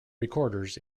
recorders